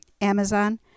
Amazon